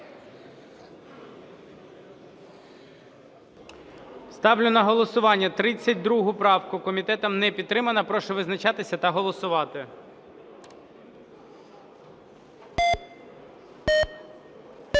Ставлю на голосування 32 правку. Комітетом не підтримана. Прошу визначатися та голосувати. 11:47:35